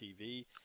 tv